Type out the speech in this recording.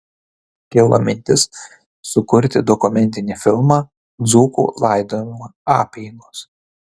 kilo mintis sukurti dokumentinį filmą dzūkų laidojimo apeigos